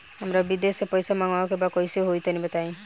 हमरा विदेश से पईसा मंगावे के बा कइसे होई तनि बताई?